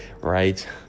right